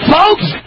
Folks